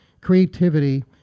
creativity